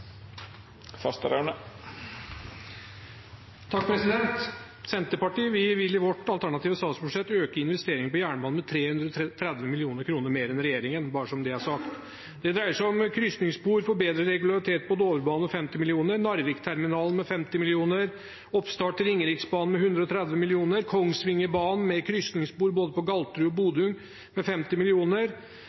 Senterpartiet vil i sitt alternative statsbudsjett øke investeringene på jernbane med 330 mill. kr mer enn regjeringen – bare så det er sagt. Det dreier seg om krysningsspor for bedre regularitet på Dovrebanen med 50 mill. kr, Narvikterminalen med 50 mill. kr, oppstart av Ringeriksbanen med 130 mill. kr, Kongsvingerbanen med krysningsspor på både Galterud og Bodung med 50